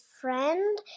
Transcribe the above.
friend